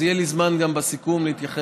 אז יהיה לי זמן גם בסיכום להתייחס,